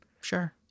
sure